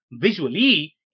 visually